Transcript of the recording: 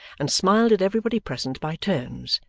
and smiled at everybody present by turns,